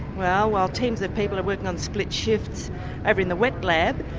while while teams of people are working on split shifts over in the wet lab,